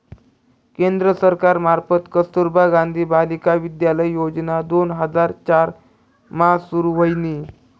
केंद्र सरकार मार्फत कस्तुरबा गांधी बालिका विद्यालय योजना दोन हजार चार मा सुरू व्हयनी